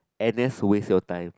n_s waste your time